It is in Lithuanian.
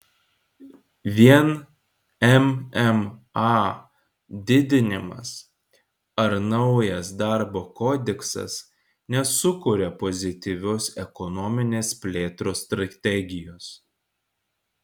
vien mma didinimas ar naujas darbo kodeksas nesukuria pozityvios ekonominės plėtros strategijos